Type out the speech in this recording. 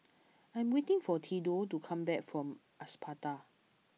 I am waiting for Theadore to come back from Espada